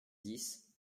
dix